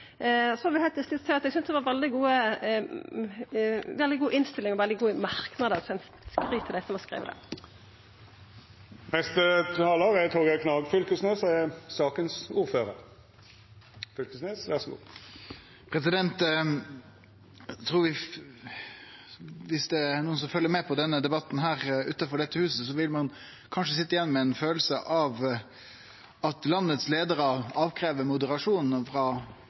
heilt til slutt seia at eg synest det var ei veldig god innstilling og veldig gode merknader – skryt til dei som har skrive dei. Eg trur at om det er nokon som følgjer med på denne debatten utanfor dette huset, vil dei kanskje sitje igjen med ei kjensle av at landets leiarar krev moderasjon frå